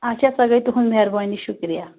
آچھا سۄ گٔے تُہٕنٛز مہربٲنی شُکریہ